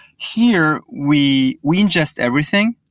here, we we ingest everything.